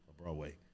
Broadway